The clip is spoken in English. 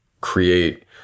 create